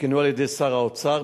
שיותקנו על-ידי שר האוצר,